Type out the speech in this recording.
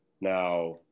Now